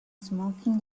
smoking